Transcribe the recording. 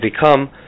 become